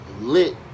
lit